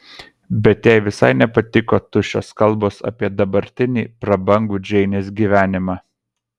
bet jai visai nepatiko tuščios kalbos apie dabartinį prabangų džeinės gyvenimą